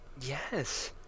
yes